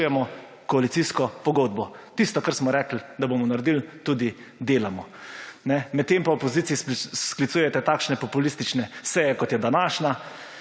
koalicijsko pogodbo, tisto, kar smo rekli, da bomo naredil, tudi delamo. Medtem pa v opoziciji sklicujete takšne populistične seje, kot je današnja.